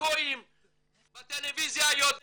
הצרפוקאים בטלוויזיה יודע